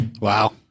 wow